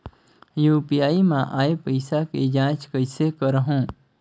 UPI मा आय पइसा के जांच कइसे करहूं?